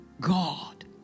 God